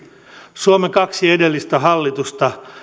suomen kaksi edellistä hallitusta